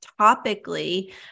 topically